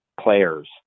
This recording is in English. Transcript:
players